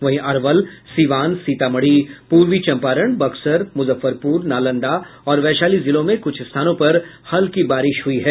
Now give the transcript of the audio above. वहीं अरवल सीवान सीतामढ़ी पूर्वी चंपारण बक्सर मुजफ्फरपुर नालंदा और वैशाली जिलों में कुछ स्थानों पर हल्की बारिश हुई है